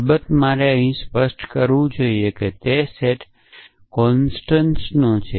અલબત્ત મારે અહીં સ્પષ્ટ કરવું જોઈએ કે તે સેટ કોન્સ્ટન્ટ્સનો છે